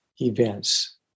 events